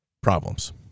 problems